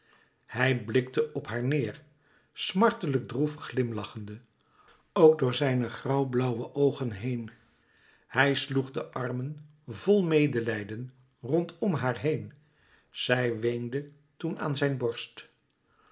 hij blikte op haar neêr smartelijk droef glimlachende ook door zijne grauwblauwe oogen heen hij sloeg de armen vl medelijden rondom haar heen zij weende toen aan zijn borst